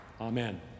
Amen